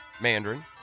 Mandarin